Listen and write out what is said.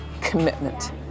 commitment